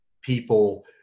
people